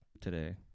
today